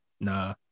nah